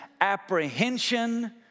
apprehension